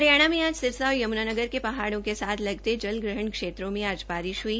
हरियाणा में आज सिरसा और यमुनानगर के हाड़ों के साथ लगते जल ग्रहण क्षेत्र में आज बारिश ह्ई